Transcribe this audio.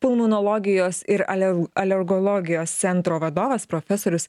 pulmonologijos ir ale alergologijos centro vadovas profesorius